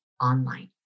online